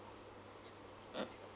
mm